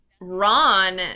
Ron